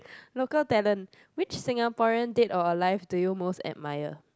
local talent which Singaporean dead or alive do you most admire